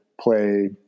play